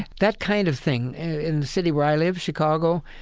that kind of thing in the city where i live, chicago,